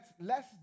less